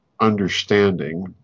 understanding